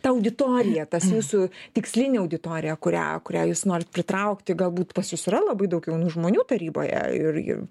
ta auditorija tas jūsų tikslinė auditorija kurią kurią jūs norit pritraukti galbūt pas jus yra labai daug jaunų žmonių taryboje ir ir